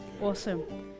Awesome